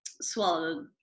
swallowed